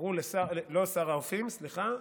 סליחה,